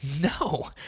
no